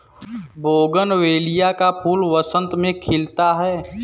bougainvillea का फूल बसंत में खिलता है